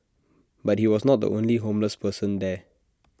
but he was not the only homeless person there